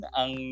ang